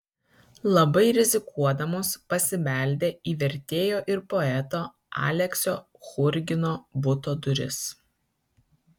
labai rizikuodamos pasibeldė į vertėjo ir poeto aleksio churgino buto duris